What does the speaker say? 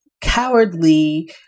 cowardly